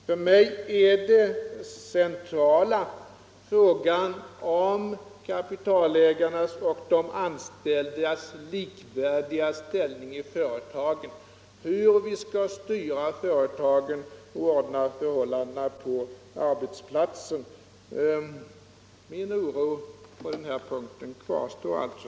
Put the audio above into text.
För mig är det centrala frågan om kapitalägarnas och de anställdas likvärdiga ställning i företagen, hur vi skall styra företagen och ordna förhållandena på arbetsplatserna. Min oro på den punkten kvarstår alltså.